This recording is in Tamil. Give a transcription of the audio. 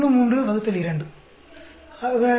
33 2 1